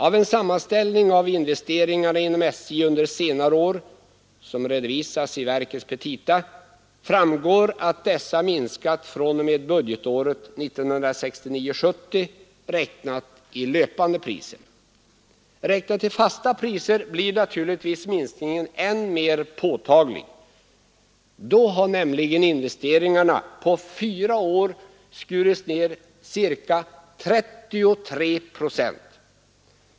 Av en sammanställning av investeringarna inom SJ under senare år, som redovisas i verkets petita, framgår att dessa minskat fr.o.m. budgetåret 1969/70 räknat i löpande priser. Räknat i fasta priser blir naturligtvis minskningen än mer påtaglig — då har nämligen investeringarna på fyra år skurits ned cirka 33 procent.